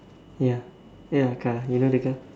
ya ya car you know the car